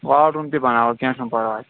واڈ room تہِ بناوو کینہہ چھُنہٕ پرواے